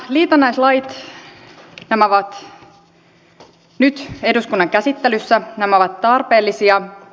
nämä liitännäislait ovat nyt eduskunnan käsittelyssä nämä ovat tarpeellisia